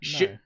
no